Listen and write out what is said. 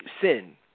sin